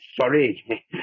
sorry